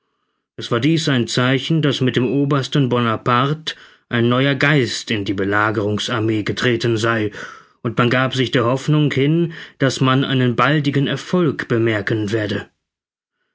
es war dies ein zeichen daß mit dem obersten bonaparte ein neuer geist in die belagerungsarmee getreten sei und man gab sich der hoffnung hin daß man einen baldigen erfolg bemerken werde